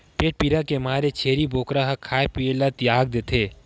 पेट पीरा के मारे छेरी बोकरा ह खाए पिए ल तियाग देथे